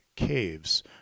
caves